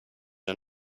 are